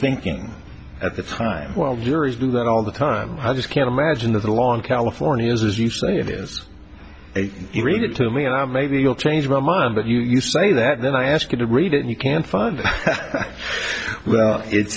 thinking at the time well juries do that all the time i just can't imagine that the law in california is as you say it is a read it to me and i maybe you'll change my mind but you say that then i ask you to read it and you can find it well it's